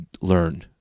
learn